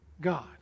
God